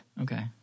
okay